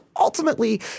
ultimately